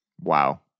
Wow